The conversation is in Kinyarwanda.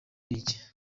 n’iki